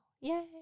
Yay